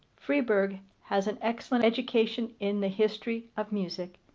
freeburg has an excellent education in the history of music,